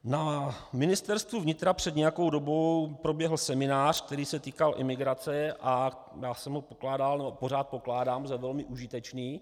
Na Ministerstvu vnitra před nějakou dobou proběh seminář, který se týkal imigrace, a já jsem ho pokládal, nebo pořád pokládám, za velmi užitečný.